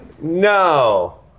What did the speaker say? No